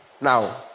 Now